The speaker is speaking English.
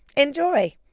enjoy